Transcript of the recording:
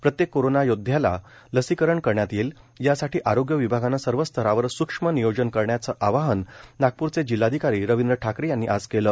प्रत्येक कोरोना योध्याला लसीकरण करण्यात येईल यासाठी आरोग्य विभागानं सर्व स्तरावर सूक्ष्म नियोजन करण्याचे आवाहन नागपूरचे जिल्हाधिकारी रविंद्र ठाकरे यांनी आज केलं